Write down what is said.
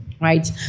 Right